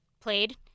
played